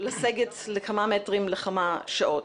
לסגת לכמה מטרים לכמה שעות.